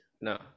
No